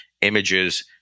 images